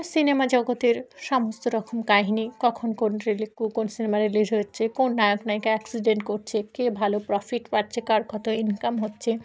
cinema জগতের সমস্ত রকম কাহিনি কখন কোন রিলি কোন সিনেমা রিলিজ হচ্ছে কোন নায়ক নায়িক অ্যাক্সিডেন্ট করছে কে ভালো প্রফিট পাচ্ছে কার কত ইনকাম হচ্ছে